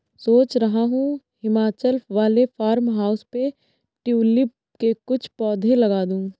सोच रहा हूं हिमाचल वाले फार्म हाउस पे ट्यूलिप के कुछ पौधे लगा दूं